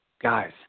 Guys